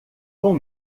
com